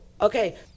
okay